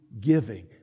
giving